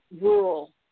rural